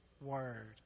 Word